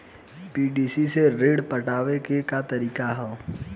PDC से ऋण पटावे के का तरीका ह?